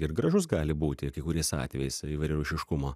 ir gražus gali būti kai kuriais atvejais įvairiarūšiškumo